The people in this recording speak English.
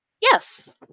Yes